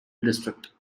district